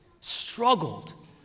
struggled